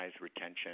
retention